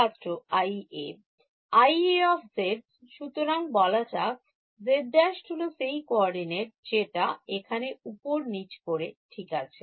ছাত্র I A IAz′ রং বলা যাক z′ হল সেই Coordinate যেটা এখানে উপর নিচ করে ঠিক আছে